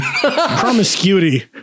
Promiscuity